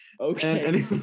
Okay